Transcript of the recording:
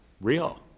real